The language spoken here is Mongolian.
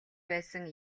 байсан